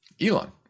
Elon